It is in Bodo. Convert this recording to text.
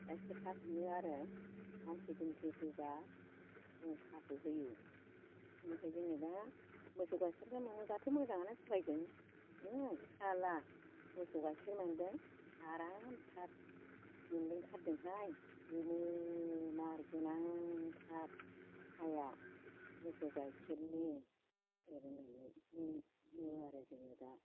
गाइखेर साहाखौनो आरो मानसि दुमसि फैबा जों साहाखौ होयो बेनिफ्राय जोङो दा मोसौ गाइखेरखौ मोनोबाथ' मोजाङानो जाबाय जों हो साला मोसौ गाइखेर मोनदों आरामथार मोनलोंथारदोंहाय गोमोमार गोनांथार साहाया मोसौ गाइखेरनि एरै होननानै बुङो आरो जोङो दा